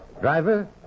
Driver